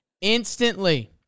instantly